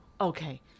Okay